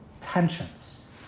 tensions